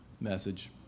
message